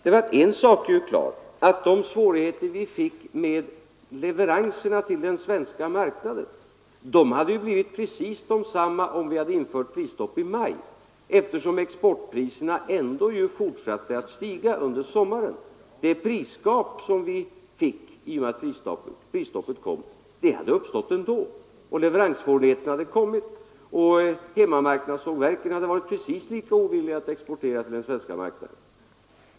En sak är klar, nämligen att de svårigheter vi fick med leveranserna till den svenska marknaden hade blivit precis desamma om vi hade infört prisstopp i maj, eftersom exportpriserna ändå fortsatte att stiga under sommaren. Det prisgap som vi fick i och med att prisstoppet infördes hade uppstått ändå, leveranssvårigheterna hade inträffat och hemmamarknadssågverken hade varit precis lika ovilliga att sälja till den svenska marknaden.